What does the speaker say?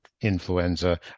influenza